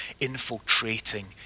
infiltrating